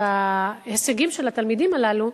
בהישגים של התלמידים הללו,